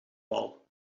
wal